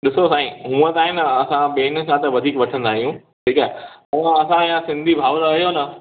ॾिसो साईं हूअं छा आहे न असां ॿियनि सां त वधीक वठंदा आहियूं ठीकु आहे तव्हां असांजा सिंधी भावर आहियो न